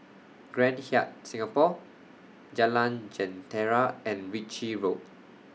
Grand Hyatt Singapore Jalan Jentera and Ritchie Road